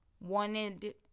wanted